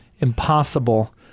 Impossible